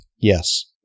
Yes